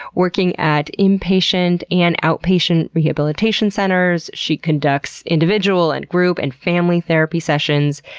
working at inpatient and outpatient rehabilitation centers. she conducts individual and group, and family therapy sessions,